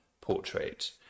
portrait